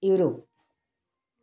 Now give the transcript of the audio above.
Europe